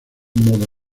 modo